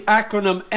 acronym